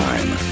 Time